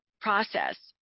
process